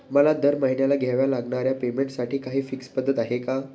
मला दरमहिन्याला द्यावे लागणाऱ्या पेमेंटसाठी काही फिक्स पद्धत आहे का?